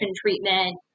treatment